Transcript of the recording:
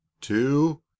two